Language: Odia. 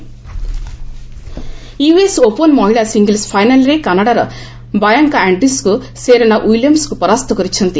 you S open US open ମହିଳା ସିଙ୍ଗଲ୍ସ୍ ଫାଇନାଲ୍ରେ କାନାଡ଼ାର ବାୟଙ୍କା ଆଣ୍ଡ୍ରିସ୍କୁ ସେରେନା ୱିଲିୟମ୍ସ୍ଙ୍କୁ ପରାସ୍ତ କରିଛନ୍ତି